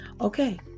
Okay